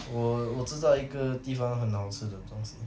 我我知道一个地方很好吃的东西